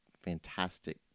fantastic